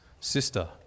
sister